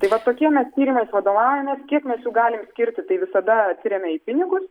tai va tokie mes tyrimais vadovaujamės kiek mes jų galim skirti tai visada atsiremia į pinigus